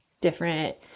different